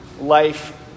life